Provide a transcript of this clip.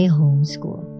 homeschool